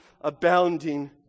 abounding